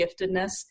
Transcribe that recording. giftedness